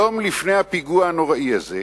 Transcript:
יום לפני הפיגוע הנוראי הזה,